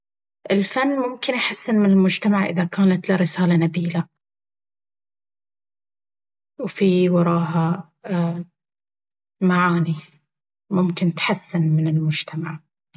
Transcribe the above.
الفن ممكن يحسن من المجتمع إذا كانت له رسالة نبيلة، وفي وراها معاني ممكن تحسن من المجتمع.